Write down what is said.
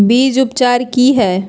बीज उपचार कि हैय?